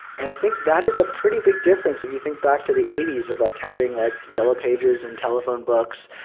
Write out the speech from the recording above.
and i think that is a pretty big difference if you think back to the eighty s of like having like yellow pages and telephone books.